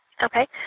Okay